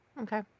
Okay